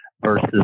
versus